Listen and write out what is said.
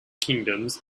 kingdoms